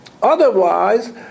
Otherwise